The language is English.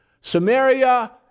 Samaria